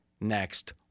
next